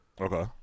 Okay